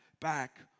back